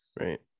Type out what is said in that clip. right